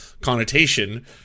connotation